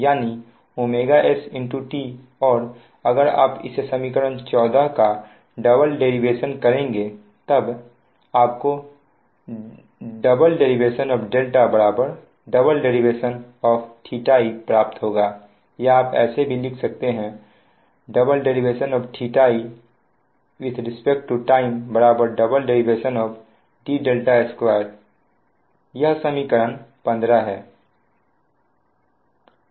यानी st और अगर आप इस समीकरण 14 का डबल डेरीवेशन करेंगे तब आपको d2dt2 d2edt2 प्राप्त होगा या आप ऐसे भी लिख सकते हैं d2edt2 d2dt2 यह समीकरण 15 है